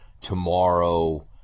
tomorrow